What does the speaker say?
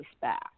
back